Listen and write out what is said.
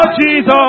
Jesus